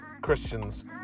Christians